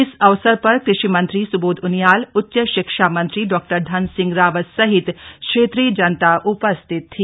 इस अवसर पर कृषि मंत्री सुबोध उनियाल उच्च शिक्षा मंत्री डॉ धन सिंह रावत सहित भारी संख्या में क्षेत्रीय जनता उपस्थित थी